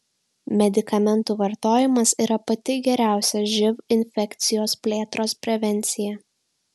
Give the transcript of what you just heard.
medikamentų vartojimas yra pati geriausia živ infekcijos plėtros prevencija